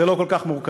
זה לא כל כך מורכב.